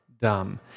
dumb